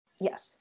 yes